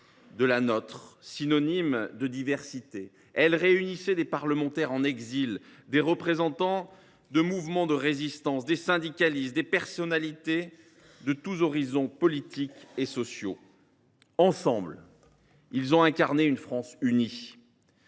de la nôtre, synonyme de diversité. Elle réunissait des parlementaires en exil, des représentants de mouvements de la Résistance, des syndicalistes, des personnalités de tous horizons politiques et sociaux. Ensemble, ils ont incarné une France unie,